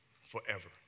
forever